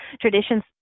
traditions